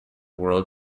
world